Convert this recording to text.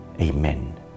amen